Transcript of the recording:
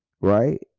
right